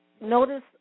Notice